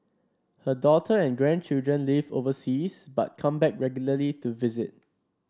her daughter and grandchildren live overseas but come back regularly to visit